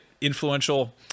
influential